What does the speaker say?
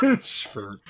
Sure